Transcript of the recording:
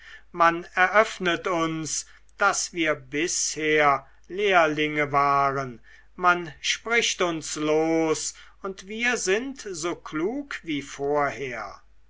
man eröffnet uns daß wir bisher lehrlinge waren man spricht uns los und wir sind so klug wie vorher